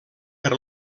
per